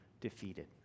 defeated